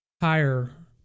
higher